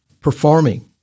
performing